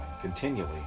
continually